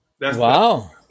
Wow